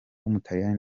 w’umutaliyani